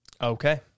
Okay